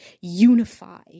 unify